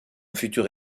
future